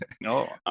No